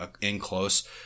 in-close